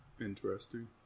Interesting